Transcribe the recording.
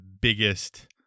biggest